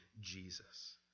Jesus